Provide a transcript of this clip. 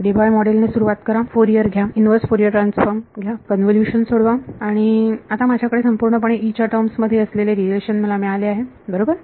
Debye model ने सुरुवात करा फोरियर घ्या इनव्हर्स फोरियर ट्रान्सफॉर्म घ्या कन्व्होल्युशन सोडवा आणि आता माझ्याकडे संपूर्णपणे च्या टर्म्स मध्ये असलेले रिलेशन मिळाले आहे बरोबर